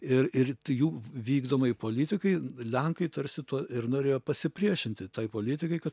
ir ir jų vykdomai politikai lenkai tarsi tuo ir norėjo pasipriešinti tai politikai kad